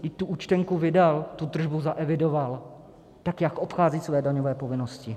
Vždyť tu účtenku vydal, tu tržbu zaevidoval, tak jak obchází své daňové povinnosti?